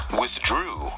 withdrew